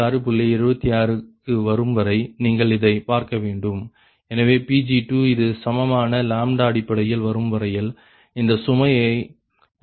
76 க்கு வரும்வரை நீங்கள் இதை பார்க்க வேண்டும் எனவே Pg2 இது சமமான அடிப்படையில் வரும்வரையில் இந்த சுமையை கவனித்துக்கொள்ள வேண்டும்